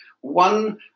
one